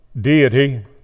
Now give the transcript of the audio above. deity